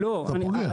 אתה פוגע.